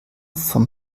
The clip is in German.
vom